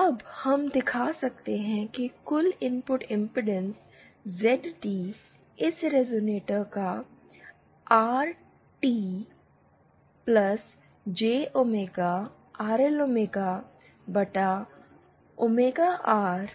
अब हम दिखा सकते हैं कि कुल इनपुट इमपीडेंस जेड टी इस रेज़ोनेटर का R T J omega R L omega RT J omega RL omega बटा ओमेगा आर